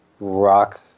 rock